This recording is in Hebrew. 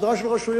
סדרה של רשויות,